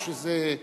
או שזה,